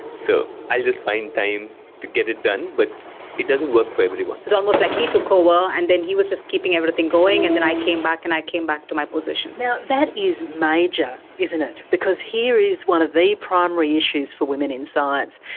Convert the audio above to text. so i just find time to get it done. but it doesn't work for everyone. it was almost like he took ah over and then he was just keeping everything going and then i came back and i came back to my position. now, that is major, isn't it, because here is one of the primary issues for women in science,